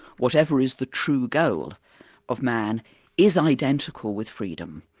whatever is the true goal of man is identical with freedom.